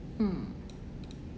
mm